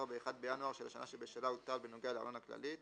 ב-1 בינואר של השנה שבשלה הוטל בנוגע לארנונה כללית,